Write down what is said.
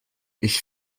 ich